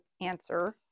answer